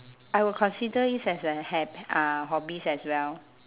I would consider this as a hab~ uh hobbies as well